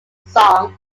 song